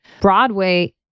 Broadway